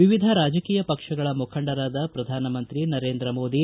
ವಿವಿಧ ರಾಜಕೀಯ ಪಕ್ಷಗಳ ಮುಖಂಡರಾದ ಪ್ರಧಾನಮಂತ್ರಿ ನರೇಂದ್ರಮೋದಿ